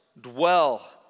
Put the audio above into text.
dwell